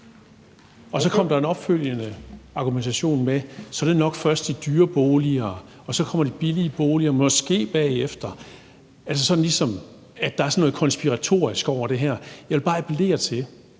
Og så kom der en opfølgende argumentation med, at så er det nok først de dyre boliger, og så kommer de billigere boliger måske bagefter, altså, sådan ligesom at der er noget konspiratorisk over det her. Jeg vil bare appellere til,